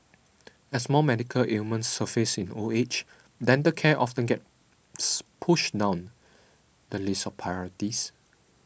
as more medical ailments surface in old age dental care often gets pushed down the list of priorities